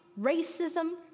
racism